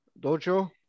dojo